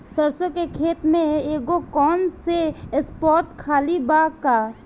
सरसों के खेत में एगो कोना के स्पॉट खाली बा का?